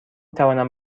توانم